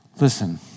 Listen